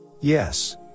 Yes